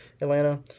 Atlanta